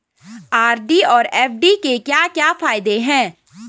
RD और FD के क्या क्या फायदे हैं?